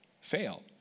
fail